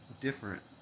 different